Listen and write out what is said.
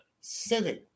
sitting